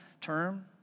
term